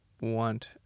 want